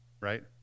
right